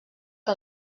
que